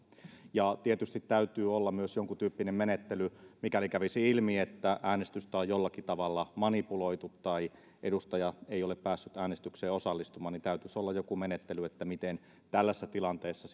tietysti täytyy olla myös jonkuntyyppinen menettely mikäli kävisi ilmi että äänestystä on jollakin tavalla manipuloitu tai edustaja ei ole päässyt äänestykseen osallistumaan täytyisi olla joku menettely miten tällaisessa tilanteessa